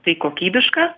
tai kokybišką